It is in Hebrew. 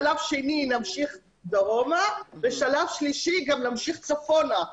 בשלב שני נמשיך דרומה ובשלב שלישי גם נמשיך צפונה.